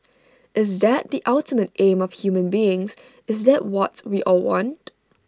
is that the ultimate aim of human beings is that what we all want